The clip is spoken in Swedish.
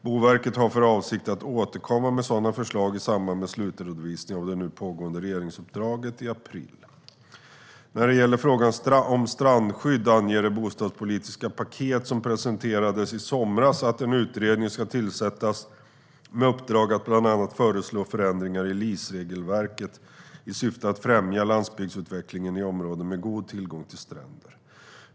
Boverket har för avsikt att återkomma med sådana förslag i samband med slutredovisningen av det nu pågående regeringsuppdraget i april. När det gäller frågan om strandskydd anger det bostadspolitiska paket som presenterades i somras att en utredning ska tillsättas med uppdrag att bland annat föreslå förändringar i LIS-regelverket i syfte att främja landsbygdsutvecklingen i områden med god tillgång till stränder.